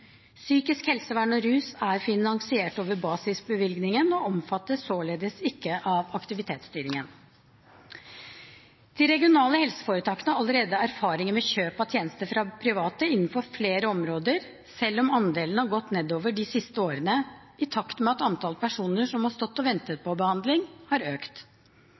Psykisk helsevern og rus er finansiert over basisbevilgningen og omfattes således ikke av aktivitetsstyringen. De regionale helseforetakene har allerede erfaringer med kjøp av tjenester fra private innenfor flere områder, selv om andelen har gått nedover de siste årene, i takt med at antall personer som har stått og ventet på behandling, har økt.